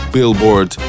Billboard